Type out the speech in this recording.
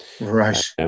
Right